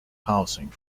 housing